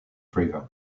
river